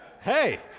Hey